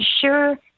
sure